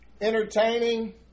entertaining